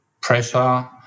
pressure